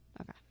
Okay